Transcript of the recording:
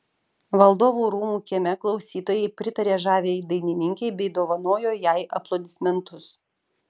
valdovų rūmų kieme klausytojai pritarė žaviajai dainininkei bei dovanojo jai aplodismentus